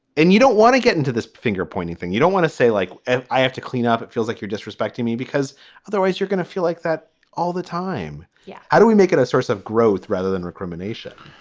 and you don't want to get into this finger-pointing thing. you don't want to say like i have to clean up. it feels like you're disrespecting me because otherwise you're gonna feel like that all the time. yeah. how do we make it a source of growth rather than recrimination?